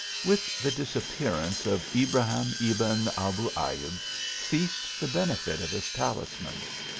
with the disappearance of ibrahim ebn abu ayub ceased the benefit of his talismans.